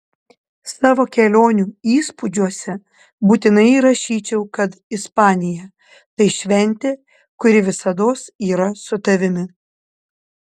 savo kelionių įspūdžiuose būtinai įrašyčiau kad ispanija tai šventė kuri visados yra su tavimi